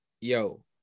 Yo